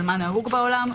של מה נהוג בעולם,